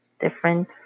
different